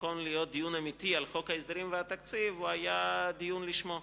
במקום להיות דיון אמיתי על חוק ההסדרים והתקציב הוא היה דיון לשמו.